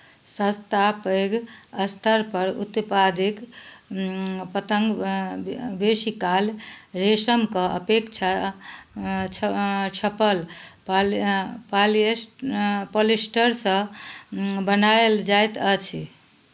सस्ता पैघ स्तर पर उत्पादित पतङ्ग बेशीकाल रेशमके अपेक्षा छपल पॉलिये पालियेस पॉलिस्टरसँ बनायल जाइत अछि